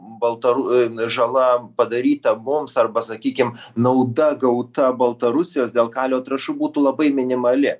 baltaru a žala padaryta mums arba sakykim nauda gauta baltarusijos dėl kalio trąšų būtų labai minimali